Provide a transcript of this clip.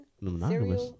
Monogamous